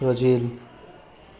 Brazil